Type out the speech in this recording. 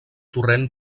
torrent